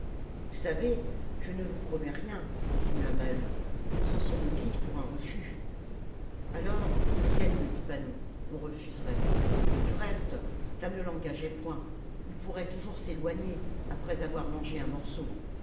vous savez je ne vous promets rien continua maheu nous en serons quittes pour un refus alors étienne ne dit pas non on refuserait du reste ça ne l'engageait point il pourrait toujours s'éloigner après avoir mangé un morceau